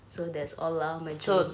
so that's all lah my dream